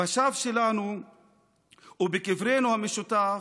בשווא שלנו ובקברנו המשותף.